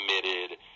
committed